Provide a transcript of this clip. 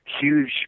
huge